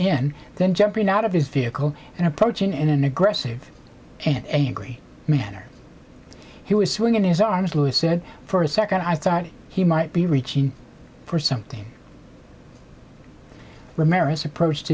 in then jumping out of his vehicle and approaching in an aggressive and angry manner he was swinging his arms lewis said for a second i thought he might be reaching for something remarriages approached